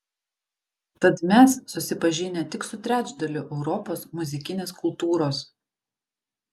tad mes susipažinę tik su trečdaliu europos muzikinės kultūros